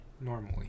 normally